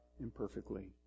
Imperfectly